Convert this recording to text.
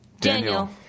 Daniel